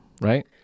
right